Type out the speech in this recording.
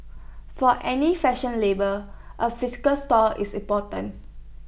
for any fashion label A physical store is important